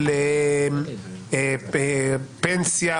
פנסיה,